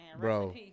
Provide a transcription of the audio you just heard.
Bro